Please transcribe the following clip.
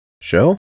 Show